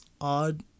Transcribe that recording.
Odd